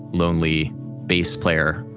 lonely bass player,